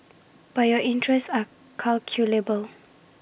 but your interests are calculable